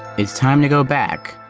it's time to go back,